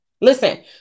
Listen